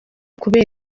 kubera